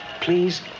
Please